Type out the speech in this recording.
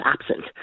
absent